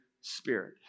Spirit